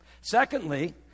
Secondly